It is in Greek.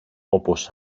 όπως